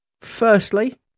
Firstly